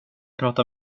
prata